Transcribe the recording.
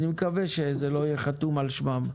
ואני מקווה שזה לא יהיה חתום על שמם,